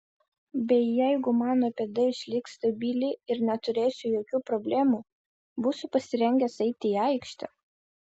bei jeigu mano pėda išliks stabili ir neturėsiu jokių problemų būsiu pasirengęs eiti į aikštę